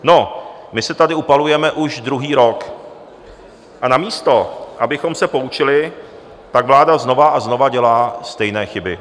No, my se tady upalujeme už druhý rok, a namísto abychom se poučili, tak vláda znova a znova dělá stejné chyby.